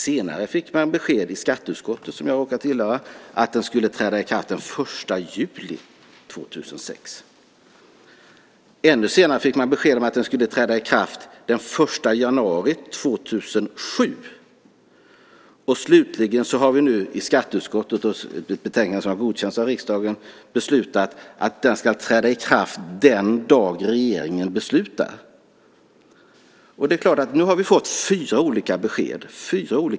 Senare fick vi besked i skatteutskottet - som jag råkar tillhöra - att den skulle träda i kraft den 1 juli 2006. Ännu senare fick vi besked om att den skulle träda i kraft den 1 januari 2007. Slutligen har vi i skatteutskottet, i ett betänkande som har godkänts av riksdagen, beslutat att den ska träda i kraft den dag regeringen beslutar. Nu har vi fått fyra olika besked.